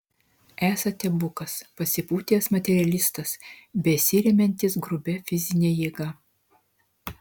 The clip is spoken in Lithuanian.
esate bukas pasipūtęs materialistas besiremiantis grubia fizine jėga